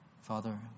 Father